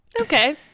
Okay